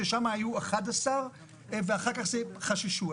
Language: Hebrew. שם היו 11 ואחר כך חששו.